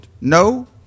no